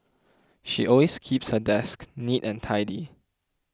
she always keeps her desk neat and tidy